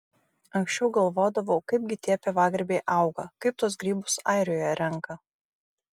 anksčiau galvodavau kaipgi tie pievagrybiai auga kaip tuos grybus airijoje renka